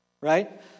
Right